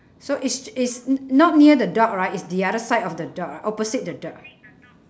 so it's it's not n~ near the dog right is the other side of the dog ah opposite the dog